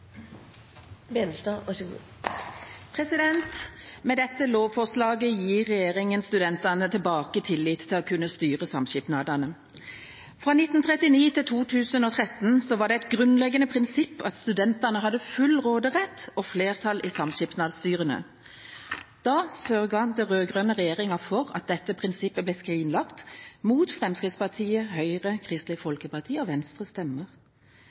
Med dette lovforslaget gir regjeringa studentene tilbake tillit til å kunne styre samskipnadene. Fra 1939 til 2013 var det et grunnleggende prinsipp at studentene hadde full råderett og flertall i samskipnadsstyrene. Da sørget den rød-grønne regjeringa for at dette prinsippet ble skrinlagt, mot Fremskrittspartiet, Høyre, Kristelig Folkeparti og Venstres stemmer.